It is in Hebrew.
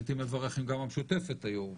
הייתי מברך אם גם המשותפת היו,